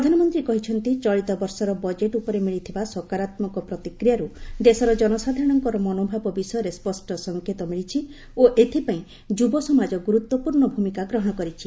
ପ୍ରଧାନମନ୍ତ୍ରୀ କହିଛନ୍ତି ଚଳିତବର୍ଷର ବଜେଟ ଉପରେ ମିଳିଥିବା ସକରାତ୍ମକ ପ୍ରତିକ୍ରିୟାରୁ ଦେଶର ଜନସାଧାରଣଙ୍କ ମନୋଭାବ ବିଷୟରେ ସ୍ୱଷ୍ଟ ସଂକେତ ମିଳିଛି ଓ ଏଥିପାଇଁ ଯୁବସମାଜ ଗୁରୁତ୍ୱପୂର୍ଣ୍ଣ ଭୂମିକା ଗ୍ରହଣ କରିଛି